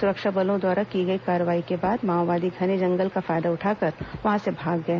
सुरक्षा बलों द्वारा की गई कार्रवाई के बाद माओवादी घने जंगल का फायदा उठाकर वहां से भाग गए